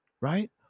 right